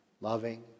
Loving